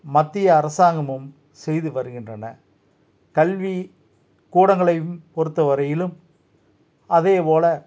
மத்திய அரசாங்கமும் செய்து வருகின்றன கல்வி கூடங்களை பொறுத்த வரையிலும் அதை போல